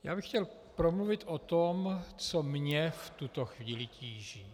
Já bych chtěl promluvit o tom, co mě v tuto chvíli tíží.